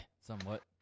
somewhat